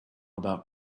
about